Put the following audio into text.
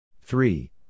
three